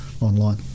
online